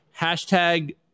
Hashtag